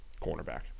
cornerback